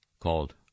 called